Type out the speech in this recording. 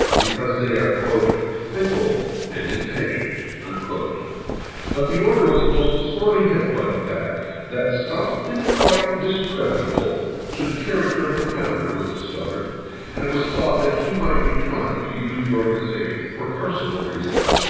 because they are fickle and impatient. and but the order was most sorely hit by the fact that something quite discreditable to the character of the founder was discovered and it was thought that he might be trying to use the organization for personal reasons.